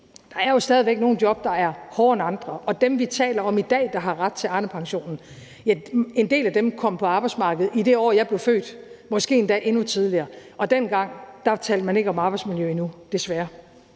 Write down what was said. der er jo stadig væk nogle job, der er hårdere end andre, og en del af dem, vi taler om i dag, der har ret til Arnepensionen, kom på arbejdsmarkedet i det år, jeg blev født, måske endda tidligere. Og dengang talte man ikke om arbejdsmiljø endnu, desværre.